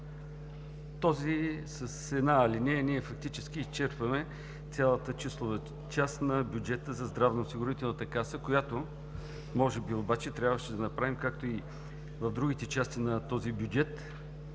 колеги! С една алинея ние фактически изчерпваме цялата числова част на бюджета за Здравноосигурителната каса, а може би трябваше на направим както в другите части на този бюджет.